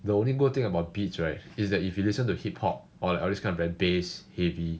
the only good thing about Beats right is that if you listen to hip hop or all this kind of like bass heavy